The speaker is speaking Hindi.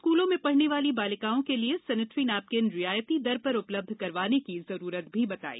स्कूलों में पढ़ने वाली बालिकाओं के लिए सेनेटरी नेपकिन रियायती दर पर उपलब्ध करवाने की जरुरत बताई